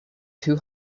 two